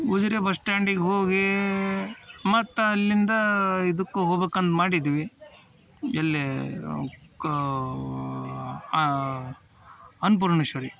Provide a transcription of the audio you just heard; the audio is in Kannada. ಉಜಿರೆ ಬಸ್ ಸ್ಟ್ಯಾಂಡಿಗೆ ಹೋಗಿ ಮತ್ತು ಅಲ್ಲಿಂದ ಇದಕ್ಕೆ ಹೋಬಕ್ ಅಂದು ಮಾಡಿದ್ವಿ ಎಲ್ಲಿ ಕಾ ಅನ್ನಪೂರ್ಣೇಶ್ವರಿ